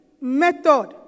method